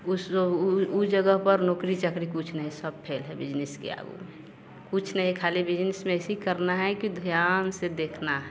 कुछ लो ऊ जगह पर नोकरी चाकरी कुछ नहीं है सब फेल है बिजनिस के आगू कुछ नहीं खाली बिजनिस वैसे ही करना है कि ध्यान से देखना है